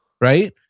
right